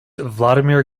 vladimir